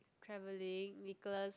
travelling Nicholas